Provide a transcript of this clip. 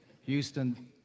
Houston